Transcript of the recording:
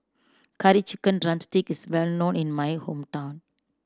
Curry Chicken drumstick is well known in my hometown